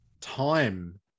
time